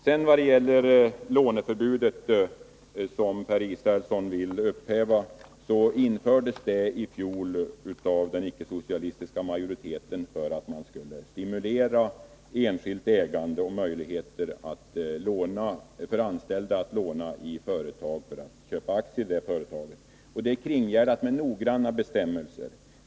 Undantaget från låneförbudet, som Per Israelsson vill upphäva, infördes i fjol av den icke-socialistiska majoriteten för att stimulera enskilt ägande och möjligheterna för anställda att låna i företaget för att köpa aktier där. Detta undantag är kringgärdat med noggranna bestämmelser.